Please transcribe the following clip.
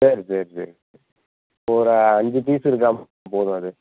சரி சரி சரி ஒரு அஞ்சு பீஸ் இருக்கா போதும் அது